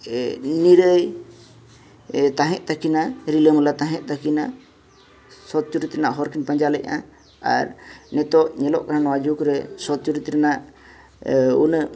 ᱱᱤᱨᱟᱹᱭ ᱛᱟᱦᱮᱜ ᱛᱟᱹᱠᱤᱱᱟ ᱨᱤᱞᱟᱹ ᱢᱟᱞᱟ ᱛᱟᱦᱮᱜ ᱛᱟᱹᱠᱤᱱᱟ ᱥᱚᱛ ᱪᱩᱨᱤᱛ ᱨᱮᱱᱟᱜ ᱦᱚᱨᱠᱤᱱ ᱯᱟᱸᱡᱟ ᱞᱮᱜᱼᱟ ᱟᱨ ᱱᱤᱛᱚᱜ ᱧᱮᱞᱚᱜ ᱠᱟᱱᱟ ᱱᱚᱣᱟ ᱡᱩᱜ ᱨᱮ ᱥᱚᱛ ᱪᱩᱨᱤᱛ ᱨᱮᱱᱟᱜ ᱩᱱᱟᱹᱜ